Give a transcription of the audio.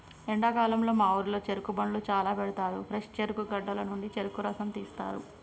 ఎండాకాలంలో మా ఊరిలో చెరుకు బండ్లు చాల పెడతారు ఫ్రెష్ చెరుకు గడల నుండి చెరుకు రసం తీస్తారు